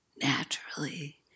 naturally